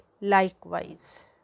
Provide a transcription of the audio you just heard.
likewise